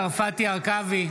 הרכבי,